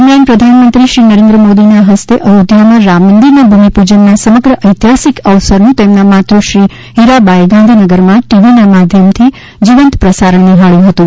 દરમિયાન પ્રધાનમંત્રી શ્રી નરેન્સ મોદીના હસ્તે અયોધ્યામાં રામમંદિરના ભૂમિપૂજનના સમગ્ર ઐતિહાસિક અવસરનુ તેમના માતૃશ્રી હીરાબાએ ગાંધીનગરમાં ટીવીના માધ્યમથી જીવંત પ્રસારણ નિહાળ્યુ હતુ